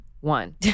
one